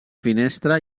finestra